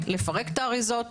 לפרק את האריזות,